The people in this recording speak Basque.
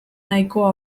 nahikoa